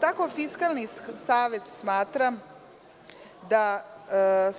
Tako Fiskalni savet smatra da